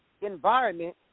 environment